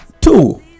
Two